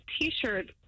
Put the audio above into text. T-shirt